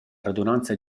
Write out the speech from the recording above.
radunanza